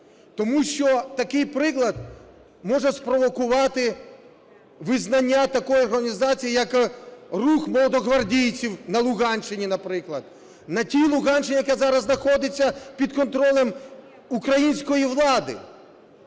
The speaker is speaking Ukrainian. Тому що такий приклад може спровокувати визнання такої організації, як рух молодогвардійців на Луганщині, наприклад. На тій Луганщині, яка зараз знаходиться під контролем української влади.